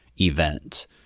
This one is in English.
event